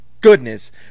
goodness